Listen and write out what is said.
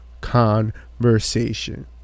Conversation